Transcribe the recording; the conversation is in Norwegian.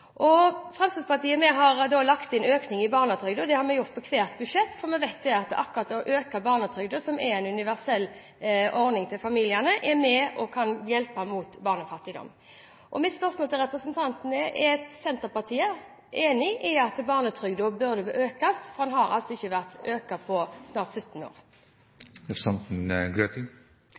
Fremskrittspartiet har lagt inn økning av barnetrygden. Det har vi gjort i hvert budsjett, fordi vi vet at akkurat det å øke barnetrygden – som er en universell ordning for familiene – er med på å hjelpe mot barnefattigdom. Mitt spørsmål til representanten er: Er Senterpartiet enig i at barnetrygden burde økes? Den har altså ikke vært økt på snart 17